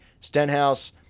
Stenhouse